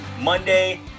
Monday